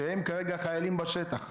שהם כרגע החיילים בשטח,